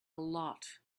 lot